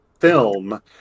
film